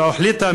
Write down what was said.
אולי החליטה,